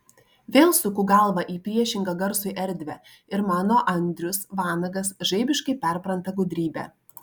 vėl suku galvą į priešingą garsui erdvę ir mano andrius vanagas žaibiškai perpranta gudrybę